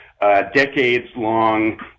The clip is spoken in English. decades-long